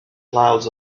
clouds